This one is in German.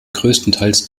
größtenteils